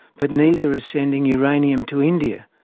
but neither is sending uranium to india,